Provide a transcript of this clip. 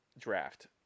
draft